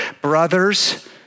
brothers